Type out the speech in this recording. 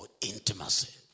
intimacy